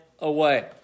away